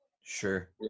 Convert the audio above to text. sure